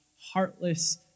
heartless